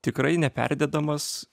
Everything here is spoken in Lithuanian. tikrai neperdėdamas